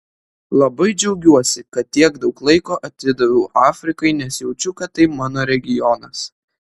labai džiaugiuosi kad tiek daug laiko atidaviau afrikai nes jaučiu kad tai mano regionas